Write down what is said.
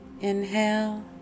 Inhale